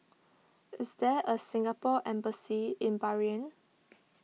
is there a Singapore Embassy in Bahrain